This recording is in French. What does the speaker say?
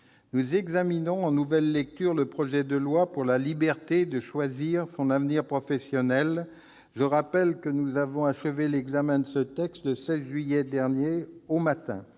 nous examinons en nouvelle lecture le projet de loi pour la liberté de choisir son avenir professionnel. Je rappelle que nous avons achevé l'examen de ce projet de loi le 16 juillet dernier au matin.